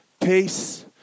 peace